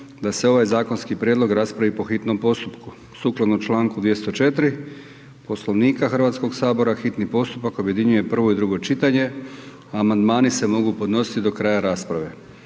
da se ovaj zakonski prijedlog raspravi po hitnom postupku. Sukladno članku 204. Poslovnika Hrvatskog sabora hitni postupak objedinjuje prvo i drugo čitanje, a amandmani se mogu podnositi do kraja rasprave.